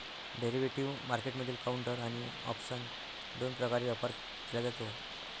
derivative मार्केटमधील counter आणि option दोन प्रकारे व्यापार केला जातो